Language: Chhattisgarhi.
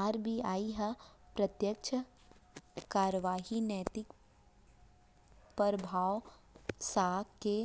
आर.बी.आई ह प्रत्यक्छ कारवाही, नैतिक परभाव, साख के